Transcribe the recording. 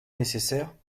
nécessaires